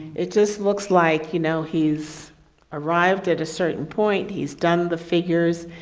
it just looks like, you know, he's arrived at a certain point, he's done the figures,